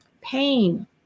pain